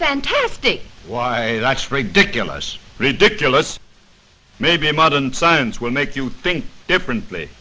fantastic why that's ridiculous ridiculous maybe modern science will make you think differently